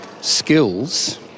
skills